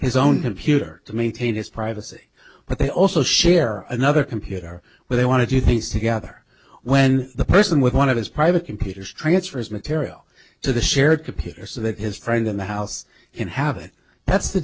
his own computer to maintain his privacy but they also share another computer where they want to do things together when the person with one of his private computers transfers material to the shared computer so that his friends in the house inhabit that's the